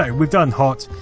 ah we've done hot,